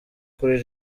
kuri